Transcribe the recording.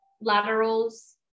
laterals